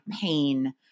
pain